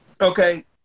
Okay